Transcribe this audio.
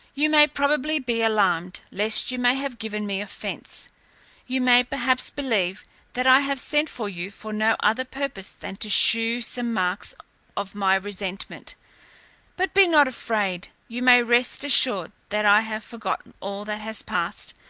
you may probably be alarmed, lest you may have given me offence you may perhaps believe that i have sent for you for no other purpose than to shew some marks of my resentment but be not afraid you may rest assured that i have forgotten all that has past,